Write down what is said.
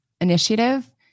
initiative